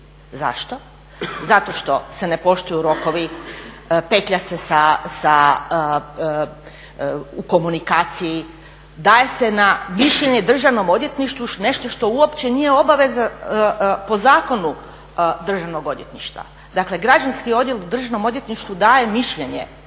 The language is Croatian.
Zašto? Zato što se ne poštuju rokovi, petlja se u komunikaciji, daje se na mišljenje Državnom odvjetništvu nešto što uopće nije obaveza po zakonu Državnog odvjetništva. Dakle, građanski odjel u Državnom odvjetništvu daje mišljenje